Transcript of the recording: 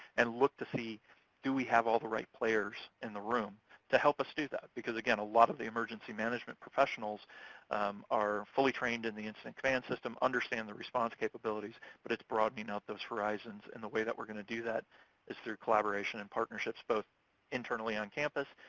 and look to see do we have all the right players in the room to help us do that? because, again, a lot of the emergency management professionals are fully trained in the incident command system, understand the response capabilities, but it's broadening out those horizons, and the way that we're gonna do that is through collaboration and partnerships, both internally on campus,